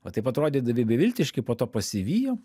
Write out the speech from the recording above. va taip atrodydami beviltiški po to pasivijo